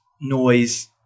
noise